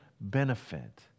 benefit